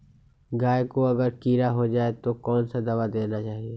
गाय को अगर कीड़ा हो जाय तो कौन सा दवा देना चाहिए?